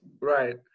Right